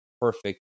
perfect